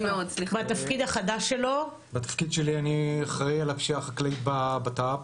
בתפקיד שלי אני אחראי על הפשיעה החקלאית בבט"פ.